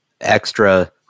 extra